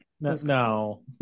No